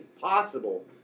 possible